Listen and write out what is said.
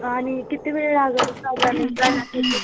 आणि किती वेळ लागेल साधारण जाण्यासाठी